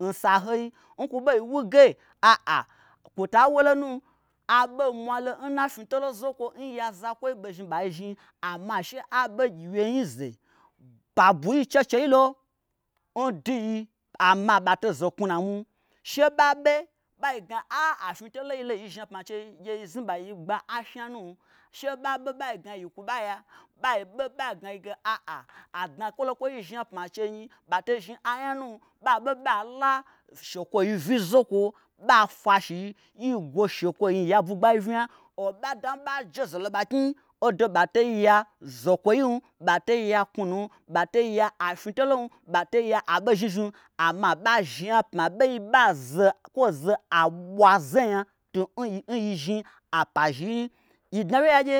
N sahoi nkwu bei wuge a'a kwota wolonu aɓo mwalo nna fnyitolo zokwo n yazokwoi ɓei zhni ɓai zhni amma she a ɓe gyiwye nyize pa bwui chechei lo nduyi amma ɓato zo knwunua mwim she ɓaɓe ɓa gna a afnyitolo n yilo yizhni apma nchei nyi gyeyi znuɓa yi gba ashna nu sheɓa ɓe ɓagna yi kwuɓa ya ɓaiɓe ɓai gnayige a a adnakwolokwoi n yi zhni apma nchei nyi ɓato zhni anya nu ɓaɓe ɓala shekwoyi vyi zokwo ɓa fwa shiyi yigwo shekwoyi n yia bwugbai vnya oɓada n ɓa jezelo ɓaknyii odo ɓatei ya zokwoyim ɓatei ya knwunum ɓatei ya afnyitolon ɓatei ya aɓozhnizhnim amma ɓa zhni apma nɓei kwoze aɓwaze nya tu n yi n yizhni apa zhiyi nyi yi dnawye yagye